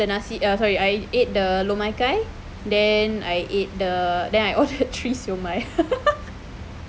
nasi ah sorry I ate the lor mai kai then I ate the then I order three siew mai